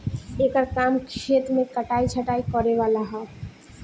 एकर काम खेत मे कटाइ छटाइ करे वाला ह